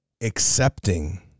accepting